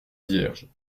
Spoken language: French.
vierge